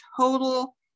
total